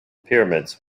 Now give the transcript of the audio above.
pyramids